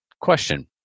question